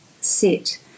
sit